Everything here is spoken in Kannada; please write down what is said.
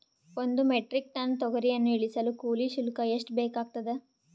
ಒಂದು ಮೆಟ್ರಿಕ್ ಟನ್ ತೊಗರಿಯನ್ನು ಇಳಿಸಲು ಕೂಲಿ ಶುಲ್ಕ ಎಷ್ಟು ಬೇಕಾಗತದಾ?